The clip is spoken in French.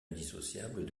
indissociable